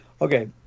okay